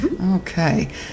Okay